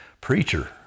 preacher